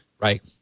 Right